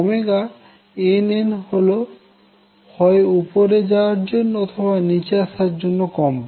nn হল হয় উপরে যাওয়ার জন্য অথবা নিচে আসার কম্পাঙ্ক